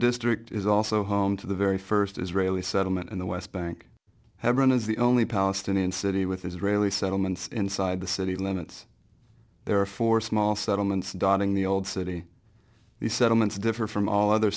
district is also home to the very first israeli settlement in the west bank hebron is the only palestinian city with israeli settlements inside the city limits there are four small settlements dotting the old city the settlements differ from all other